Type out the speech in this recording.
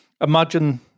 imagine